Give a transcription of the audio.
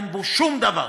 אין בה שום דבר,